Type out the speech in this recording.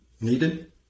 needed